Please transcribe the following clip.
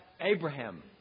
Abraham